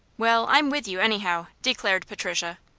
well, i'm with you, anyhow, declared patricia.